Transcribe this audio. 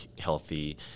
healthy